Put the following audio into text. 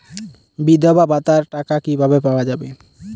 বিধবা ভাতার টাকা কিভাবে পাওয়া যাবে?